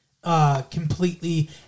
Completely